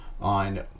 on